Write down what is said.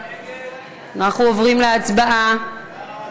אנחנו עוברים להצבעה.